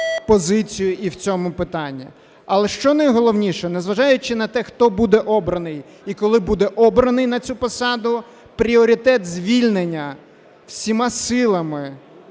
позицію і в цьому питанні. Але, що найголовніше, незважаючи на те, хто буде обраний і коли буде обраний на цю посаду, пріоритет звільнення всіма силами